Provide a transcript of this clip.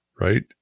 right